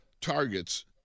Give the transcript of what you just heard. Targets